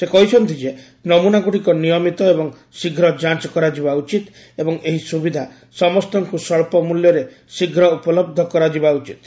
ସେ କହିଛନ୍ତି ଯେ ନମୁନାଗୁଡିକ ନିୟମିତ ଏବଂ ଶୀଘ୍ର ଯାଞ୍ଚ କରାଯିବା ଉଚିତ ଏବଂ ଏହି ସୁବିଧା ସମସ୍ତଙ୍କୁ ସ୍ୱଳ୍ପ ମୂଲ୍ୟରେ ଶୀଘ୍ର ଉପଲବ୍ଧ କରାଯିବା ଉଚିତ୍